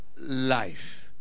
life